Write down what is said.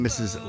Mrs